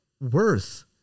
worth